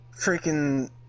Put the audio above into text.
Freaking